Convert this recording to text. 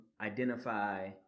identify